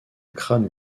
crâne